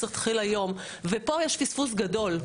צריך להתחיל היום ופה יש פספוס גדול,